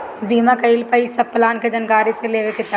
बीमा कईला पअ इ सब प्लान के जानकारी ले लेवे के चाही